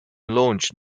launched